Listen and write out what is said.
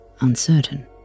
uncertain